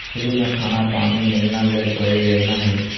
Free में खाना पानी मिलना ले कोइ योजना हय?